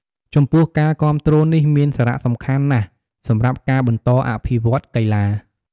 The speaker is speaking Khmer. ចំពោះការគាំទ្រនេះមានសារៈសំខាន់ណាស់សម្រាប់ការបន្តអភិវឌ្ឍកីឡា។